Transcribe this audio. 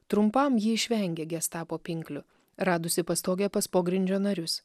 trumpam ji išvengė gestapo pinklių radusi pastogę pas pogrindžio narius